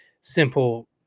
simple